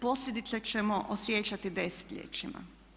Posljedice ćemo osjećati desetljećima.